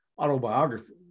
autobiography